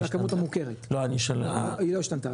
זה הכמות המוכרת היא לא השתנתה,